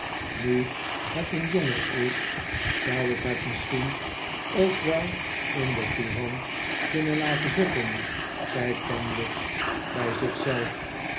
nu het een jongen is zou ik het misschien ook wel in de courant kunnen laten zetten zei kenwigs bij